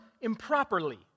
improperly